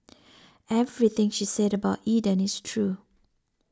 everything she said about Eden is true